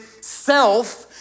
self